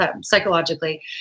psychologically